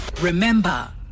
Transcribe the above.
Remember